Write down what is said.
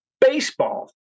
baseball